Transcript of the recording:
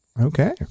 Okay